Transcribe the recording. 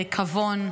בריקבון,